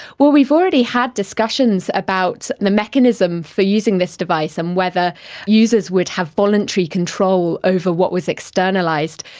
well, we've already had discussions about the mechanism for using this device and whether users would have voluntary control over what was externalised.